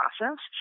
processed